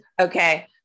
okay